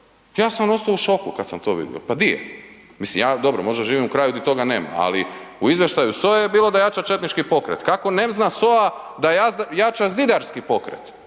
Ja sam ostao u šoku kad sam to vidio. Pa di je? Mislim ja, dobro, možda živim u kraju di toga nema, ali u izvještaju SOA-e je bilo da jača četnički pokret. Kako ne zna SOA da jača zidarski pokret